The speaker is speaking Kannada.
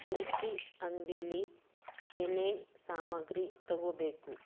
ದಿನಸಿ ಅಂಗಡಿಲಿ ಏನೇನು ಸಾಮಗ್ರಿ ತೊಗೊಳ್ಬೇಕು